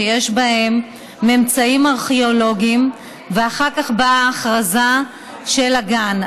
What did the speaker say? שיש בהן ממצאים ארכיאולוגיים ואחר כך באה ההכרזה של הגן,